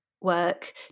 work